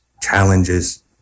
challenges